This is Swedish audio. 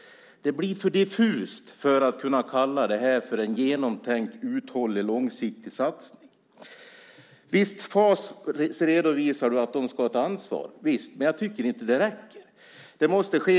Detta blir för diffust för att kunna kallas för en genomtänkt uthållig långsiktig satsning. Visst, FAS redovisar att de ska ta ansvar. Men jag tycker inte att det räcker. Någonting annat måste ske.